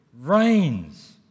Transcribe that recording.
reigns